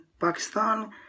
Pakistan